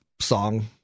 song